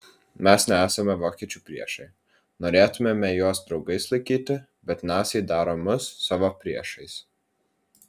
mes nesame vokiečių priešai norėtumėme juos draugais laikyti bet naciai daro mus savo priešais